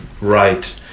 right